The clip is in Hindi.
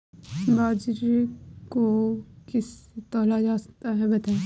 बाजरे को किससे तौला जाता है बताएँ?